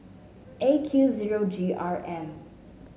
A Q zero G R M